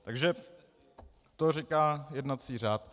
Takže to říká jednací řád.